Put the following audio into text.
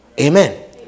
Amen